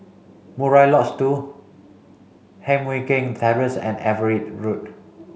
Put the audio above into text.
Murai Lodge two Heng Mui Keng Terrace and Everitt Road